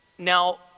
Now